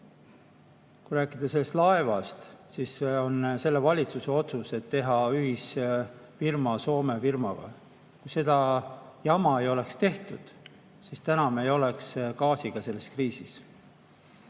Kui rääkida sellest laevast, siis ütlen, et on selle valitsuse otsus teha ühisfirma Soome firmaga. Kui seda jama ei oleks tehtud, siis täna me ei oleks gaasiga selles kriisis.